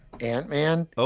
Ant-Man